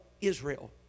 Israel